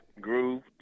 Groove